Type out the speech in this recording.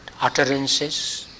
utterances